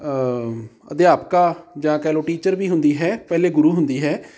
ਅਧਿਆਪਕਾ ਜਾਂ ਕਹਿ ਲਉ ਟੀਚਰ ਵੀ ਹੁੰਦੀ ਹੈ ਪਹਿਲੀ ਗੁਰੂ ਹੁੰਦੀ ਹੈ